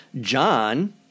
John